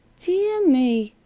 deah me!